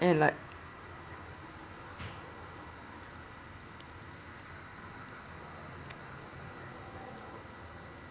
and like